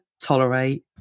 tolerate